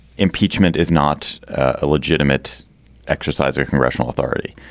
impeachment is not a legitimate exercise or congressional authority.